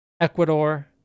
Ecuador